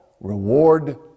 reward